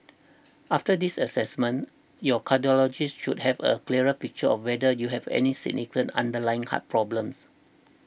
after this assessment your cardiologist should have a clearer picture of whether you have any significant underlying heart problems